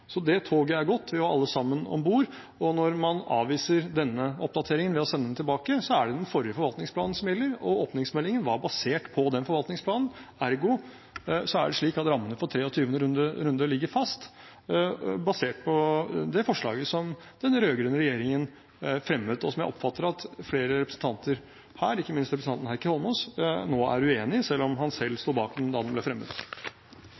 Så er det sånn, som jeg også sa i mitt innlegg, at rammene for 23. konsesjonsrunde er fastsatt i åpningsmeldingen basert på den forvaltningsplanen som Stortinget vedtok i 2011. Det toget er gått – vi var alle sammen om bord. Og når man avviser denne oppdateringen ved å sende den tilbake, er det den forrige forvaltningsplanen som gjelder – og åpningsmeldingen var basert på den forvaltningsplanen. Ergo er det slik at rammene for 23. konsesjonsrunde ligger fast basert på det forslaget som den rød-grønne regjeringen fremmet, og som jeg oppfatter at flere representanter her,